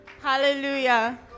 hallelujah